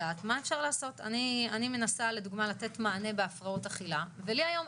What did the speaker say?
בעד שירות אשפוז במחלקת קורונה סכום השווה ל-80% מסכום ההפרש החיובי